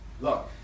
Look